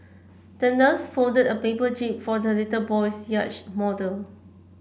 the nurse folded a paper jib for the little boy's yacht model